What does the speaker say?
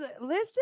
listen